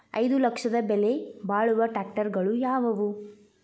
ಐದು ಲಕ್ಷದ ಬೆಲೆ ಬಾಳುವ ಟ್ರ್ಯಾಕ್ಟರಗಳು ಯಾವವು?